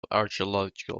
archaeological